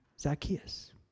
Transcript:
Zacchaeus